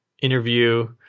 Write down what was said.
interview